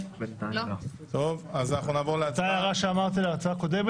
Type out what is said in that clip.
הצבעה אושר אותה הערה שאמרתי לגבי הנושא הראשון